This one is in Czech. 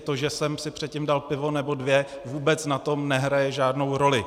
To, že jsem si předtím dal pivo nebo dvě, vůbec na tom nehraje žádnou roli.